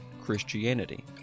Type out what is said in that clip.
Christianity